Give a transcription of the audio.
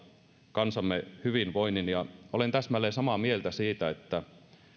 kansamme hyvinvoinnin ja olen täsmälleen samaa mieltä siitä että